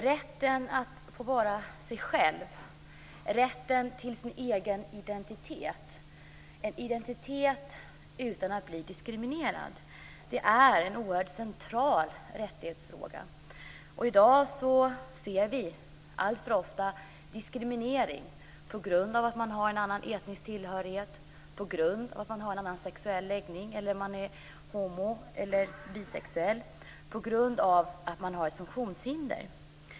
Rätten att få vara sig själv, rätten till sin egen identitet, att ha en identitet utan att bli diskriminerad är en oerhört central rättighetsfråga. I dag ser vi alltför ofta diskriminering på grund av att man har en annan etnisk tillhörighet, på grund av att man har en annan sexuell läggning, att man är homo eller bisexuell, på grund av att man har ett funktionshinder.